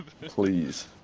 Please